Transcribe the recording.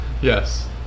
Yes